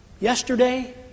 yesterday